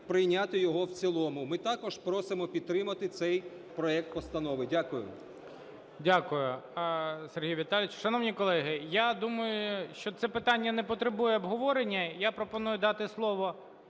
прийняти його в цілому. Ми також просимо підтримати цей проект постанови. Дякую. ГОЛОВУЮЧИЙ. Дякую, Сергій Віталійович. Шановні колеги, я думаю, що це питання не потребує обговорення, я пропоную дати слово